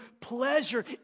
pleasure